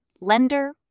lender